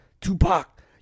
Tupac